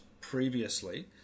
previously